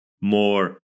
more